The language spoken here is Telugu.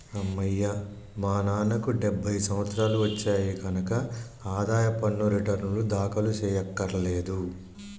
అమ్మయ్యా మా నాన్నకి డెబ్భై సంవత్సరాలు వచ్చాయి కనక ఆదాయ పన్ను రేటర్నులు దాఖలు చెయ్యక్కర్లేదులే